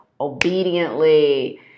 obediently